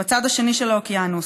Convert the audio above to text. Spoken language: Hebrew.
בצד השני של האוקיינוס,